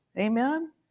Amen